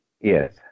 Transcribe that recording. Yes